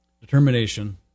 determination